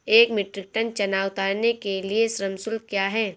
एक metric tonne चना उतारने के लिए श्रम शुल्क क्या है?